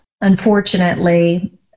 unfortunately